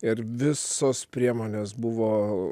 ir visos priemonės buvo